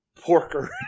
Porker